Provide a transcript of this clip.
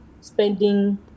spending